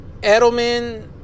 Edelman